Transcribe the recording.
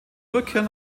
rückkehr